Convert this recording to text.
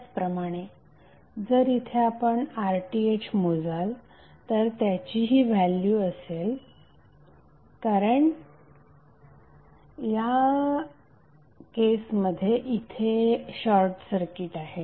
त्याचप्रमाणे जर इथे आपण RTh मोजाल तर त्याची ही व्हॅल्यू असेल कारण या केसमध्ये इथे शॉर्टसर्किट आहे